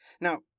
Now